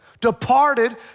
departed